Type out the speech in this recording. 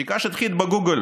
בגוגל